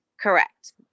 correct